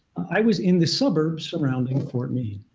i was in the suburbs surrounding fort meade.